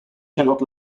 cannot